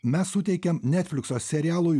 mes suteikėm netflikso serialui